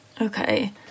Okay